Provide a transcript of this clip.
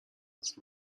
هست